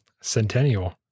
Centennial